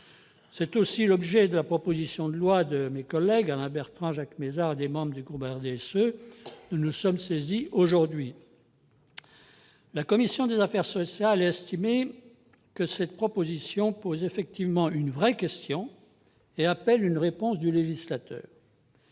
C'est aussi l'objet de la proposition de loi déposée par Alain Bertrand, Jacques Mézard et les membres du groupe du RDSE, dont nous sommes saisis aujourd'hui. La commission des affaires sociales a estimé que ce texte posait une vraie question et appelait une réponse du législateur.